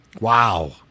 Wow